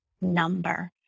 number